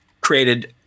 created